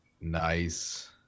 Nice